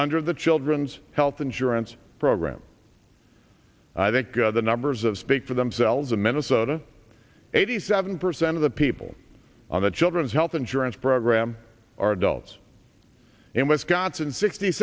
under the children's health insurance program i think the numbers of speak for themselves in minnesota eighty seven percent of the people on the children's health insurance program are adults in wisconsin sixty